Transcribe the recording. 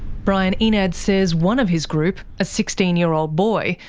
brian enad says one of his group, a sixteen year old boy,